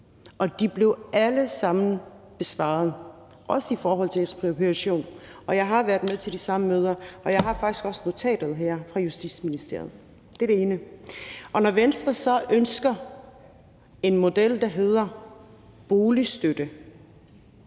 og de blev alle sammen besvaret, også i forhold til ekspropriation – og jeg har været med til de samme møder, og jeg har faktisk også notatet her fra Justitsministeriet. Det er det ene. Det andet er, at Venstre så ønsker en model, der hedder boligstøtte